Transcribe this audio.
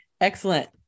excellent